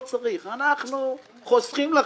אנחנו חוסכים לכם.